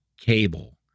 cable